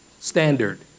standard